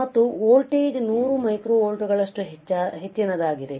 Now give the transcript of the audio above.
ಮತ್ತು ವೋಲ್ಟೇಜ್ 100 ಮೈಕ್ರೋವೋಲ್ಟ್ಗಳಷ್ಟು ಹೆಚ್ಚಿನದಾಗಿದೆ